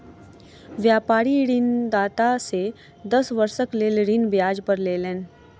व्यापारी ऋणदाता से दस वर्षक लेल ऋण ब्याज पर लेलैन